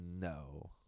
No